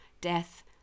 death